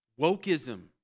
Wokeism